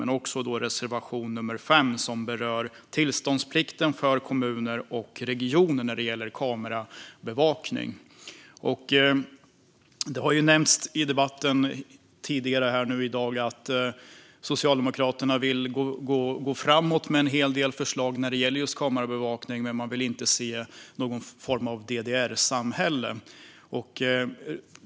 Jag vill särskilt lyfta fram punkten 4, som berör tillståndsplikten för kommuner och regioner när det gäller kamerabevakning. Det har nämnts tidigare i debatten här i dag att Socialdemokraterna vill gå framåt med en hel del förslag när det gäller just kamerabevakning men att man inte vill se någon form av DDR-samhälle.